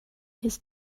his